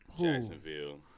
Jacksonville